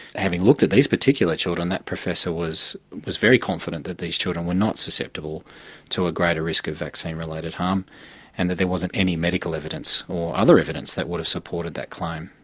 having looked at these particular children, that professor was was very confident that these children were not susceptible to a greater risk of vaccine-related harm and that there wasn't any medical evidence or other evidence that would have supported that claim.